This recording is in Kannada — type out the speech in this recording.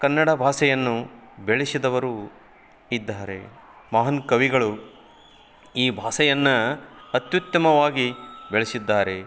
ಕನ್ನಡ ಭಾಷೆಯನ್ನು ಬೆಳೆಸಿದವರು ಇದ್ದಾರೆ ಮಹಾನ್ ಕವಿಗಳು ಈ ಭಾಷೆಯನ್ನ ಅತ್ಯುತ್ತಮವಾಗಿ ಬೆಳೆಸಿದ್ದಾರೆ